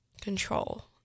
control